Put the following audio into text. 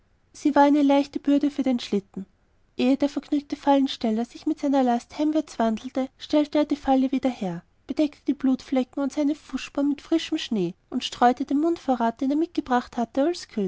sie war eine leichte bürde für den schlitten ehe der vergnügte fallensteller sich mit seiner last heimwärts wandte stellte er die falle wieder her bedeckte die blutflecken und seine fußspuren mit frischem schnee und streute den mundvorrat den er mitgebracht hatte als